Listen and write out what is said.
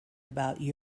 about